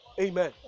Amen